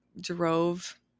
drove